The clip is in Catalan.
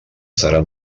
serà